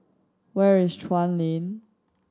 where is Chuan Lane